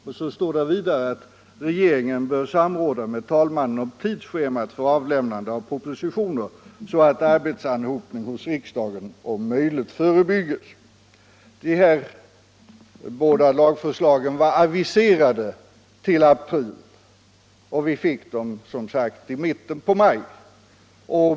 Det heter vidare att regeringen bör samråda med talmannen om tidsschemat för avlämnandet av propositioner, så att arbetsanhopning hos riksdagen om möjligt förebyggs. De här båda lagförslagen var aviserade till april och vi fick dem, som sagt, i mitten på maj.